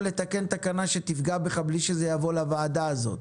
לתקן תקנה שתפגע בך בלי שזה יבוא לוועדה הזאת.